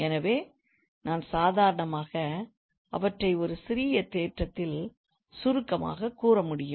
எனவே நான் சாதாரணமாக அவற்றை ஒரு சிறிய தேற்றத்தில் சுருக்கமாகக் கூற முடியும்